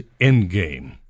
Endgame